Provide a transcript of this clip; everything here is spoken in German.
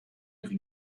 ihre